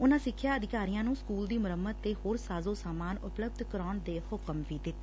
ਉਨਾਂ ਸਿੱਖਿਆ ਅਧਿਕਾਰੀਆਂ ਨੰ ਸਕੁਲ ਦੀ ਮੁਰੰਮਤ ਤੇ ਹੋਰ ਸਾਜੋ ਸਮਾਨ ਉਪਲੱਬਧ ਕਰਵਾਉਣ ਦੇ ਹੁਕਮ ਵੀ ਦਿੱਤੇ